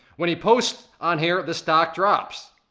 when he posts on here, the stock drops.